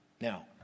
Now